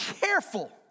careful